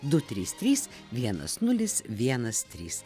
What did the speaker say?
du trys trys vienas nulis vienas trys